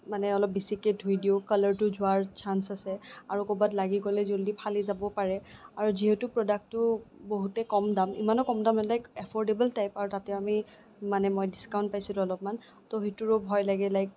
মানে অলপ বেছিকে ধুই দিওঁ কালাৰটো যোৱাৰ চান্স আছে আৰু ক'ৰবাত লাগি গ'লে জলদি ফালি যাবও পাৰে আৰু যিহেতু প্ৰডাক্টটো বহুতে কম দাম ইমানে কম দাম লাইক এফোৰ্ডেবল টাইপ আৰু তাতে আমি মানে মই ডিচকাউণ্ট পাইছিলোঁ অলপমান ত' সেইটোৰো ভয় লাগে লাইক